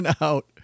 out